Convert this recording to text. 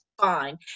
fine